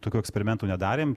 tokių eksperimentų nedarėm